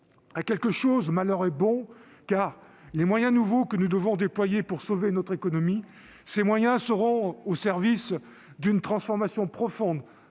À quelque chose, malheur est bon, car les moyens nouveaux que nous devons déployer pour sauver notre économie seront au service d'une transformation profonde